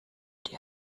die